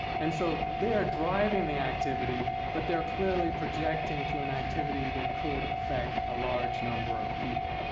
and so, they are driving the activity, but they're clearly projecting to an activity that could affect a large number of people